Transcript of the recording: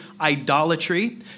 idolatry